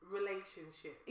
relationship